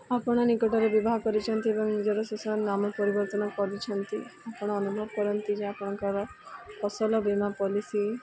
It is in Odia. ଆପଣ ନିକଟରେ ବିବାହ କରିଛନ୍ତି ଏବଂ ନିଜର ଶେଷ ନାମ ପରିବର୍ତ୍ତନ କରିଛନ୍ତି ଆପଣ ଅନୁଭବ କରନ୍ତି ଯେ ଆପଣଙ୍କର ଫସଲ ବୀମା ପଲିସି